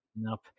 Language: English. Nope